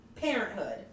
Parenthood